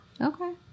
Okay